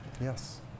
Yes